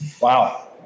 wow